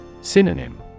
Synonym